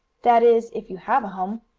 that is if you have a home.